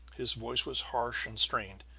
his voice was harsh and strained.